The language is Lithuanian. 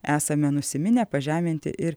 esame nusiminę pažeminti ir